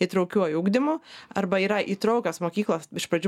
įtraukiuoju ugdymu arba yra įtraukios mokyklos iš pradžių